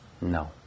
no